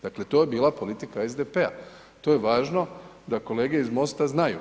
Dakle to je bila politika SDP-a, to je važno da kolege iz MOST-a znaju.